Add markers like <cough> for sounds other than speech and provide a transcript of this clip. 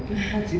<noise>